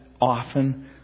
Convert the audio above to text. often